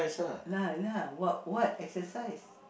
lah lah what what exercise